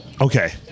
Okay